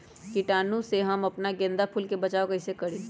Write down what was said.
कीटाणु से हम अपना गेंदा फूल के बचाओ कई से करी?